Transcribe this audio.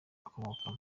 akomokamo